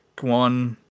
one